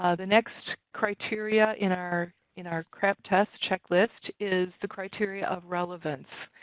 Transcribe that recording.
ah the next criteria in our in our craap tests checklist is the criteria of relevance.